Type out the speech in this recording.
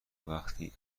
وقتی